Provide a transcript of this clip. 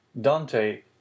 Dante